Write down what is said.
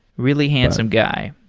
really handsome guy.